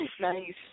Nice